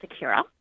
Secura